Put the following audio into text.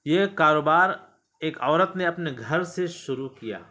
یہ کاروبار ایک عورت نے اپنے گھر سے شروع کیا